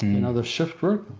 you know the shift group,